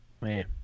Man